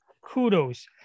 Kudos